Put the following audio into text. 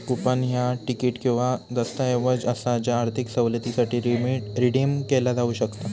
coupon ह्या तिकीट किंवा दस्तऐवज असा ज्या आर्थिक सवलतीसाठी रिडीम केला जाऊ शकता